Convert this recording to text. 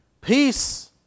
Peace